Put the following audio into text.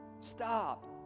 Stop